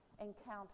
encounter